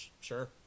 Sure